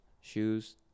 shoes